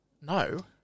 No